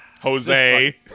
Jose